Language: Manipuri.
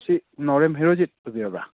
ꯁꯤ ꯅꯥꯎꯔꯦꯝ ꯍꯦꯔꯣꯖꯤꯠ ꯑꯣꯏꯕꯤꯔꯕꯥ